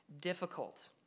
difficult